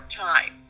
time